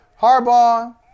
Harbaugh